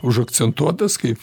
užakcentuotas kaip